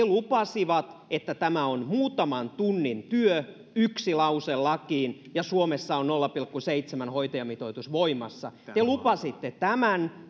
lupasivat että tämä on muutaman tunnin työ yksi lause lakiin ja suomessa on nolla pilkku seitsemän hoitajamitoitus voimassa te lupasitte tämän